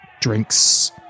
Drinks